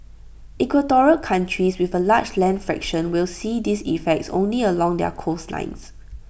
equatorial countries with A large land fraction will see these effects only along their coastlines